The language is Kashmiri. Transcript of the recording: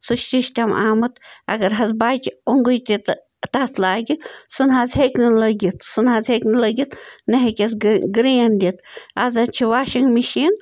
سُہ شِشٹم آمُت اگر حظ بَچہِ اوٚنٛگج تہِ تَتھ لاگہِ سُہ نہٕ حظ ہیٚکہِ نہٕ لٔگِتھ سُہ نہٕ حظ ہیٚکہِ نہٕ لٔگِتھ نَہ ہیٚکٮ۪س گہٕ گرٛین دِتھ آز حظ چھِ واشنٛگ مِشیٖن